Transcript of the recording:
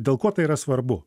dėl ko tai yra svarbu